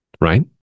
right